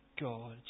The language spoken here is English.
God